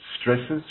stresses